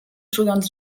czując